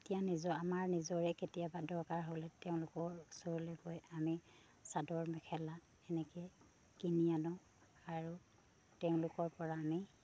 এতিয়া নিজ আমাৰ নিজৰে কেতিয়াবা দৰকাৰ হ'লে তেওঁলোকৰ ওচৰলৈ গৈ আমি চাদৰ মেখেলা এনেকে কিনি আনো আৰু তেওঁলোকৰ পৰা আমি